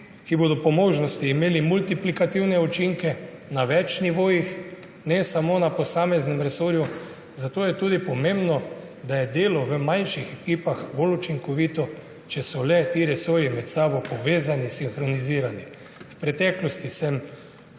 ki bodo po možnosti imeli multiplikativne učinke na več nivojih, ne samo na posameznem resorju. Zato je tudi pomembno, da je delo v manjših ekipah bolj učinkovito, če so le ti resorji med sabo povezani, sinhronizirani. V preteklosti sem